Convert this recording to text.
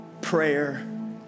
prayer